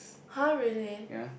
[huh] really